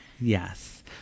Yes